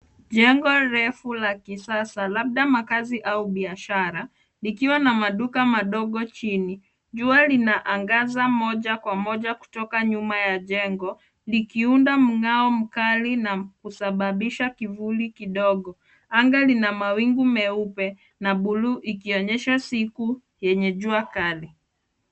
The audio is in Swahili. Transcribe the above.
Jengo refu la kisasa labda makazi au biashara .Ikiwa na maduka madogo chini. Jua linaangaza moja kwa moja kutoka nyuma ya jengo ikiunda mng'ao mkali na kusababisha kiburi kidogo. Anga lina mawingu meupe na bluu ikionyesha siku yenye jua kali.